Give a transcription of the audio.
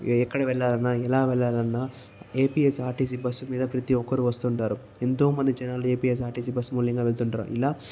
ఎక్కడ వెళ్లాలి అన్న ఎలా వెళ్లాలన్నా ఏపీఎస్ఆర్టిసి బస్సు మీద ప్రతి ఒక్కరు వస్తుంటారు ఎంతో మంది జనాలు ఏపీఎస్ఆర్టిసి మూల్యంగా వెళుతుంటారు ఇలా